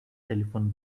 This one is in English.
telephone